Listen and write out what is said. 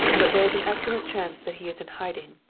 but there is an excellent chance that he is in hiding,